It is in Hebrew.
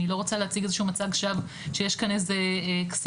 אני לא רוצה להציג איזשהו מצג שווא שיש כאן איזה קסמים,